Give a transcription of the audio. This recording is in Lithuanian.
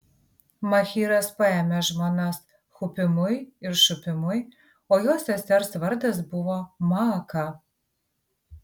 machyras paėmė žmonas hupimui ir šupimui o jo sesers vardas buvo maaka